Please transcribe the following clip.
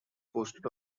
posted